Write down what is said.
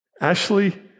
Ashley